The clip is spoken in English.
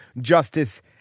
Justice